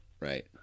Right